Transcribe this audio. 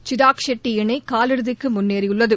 ஷீராஜ் ஷெட்டி இணை கால் இறுதிக்கு முன்னேறியுள்ளது